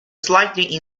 slightly